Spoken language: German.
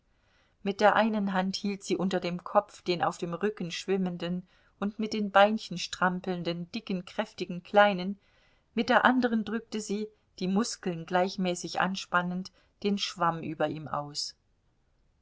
mit der einen hand hielt sie unter dem kopf den auf dem rücken schwimmenden und mit den beinchen strampelnden dicken kräftigen kleinen mit der anderen drückte sie die muskeln gleichmäßig anspannend den schwamm über ihm aus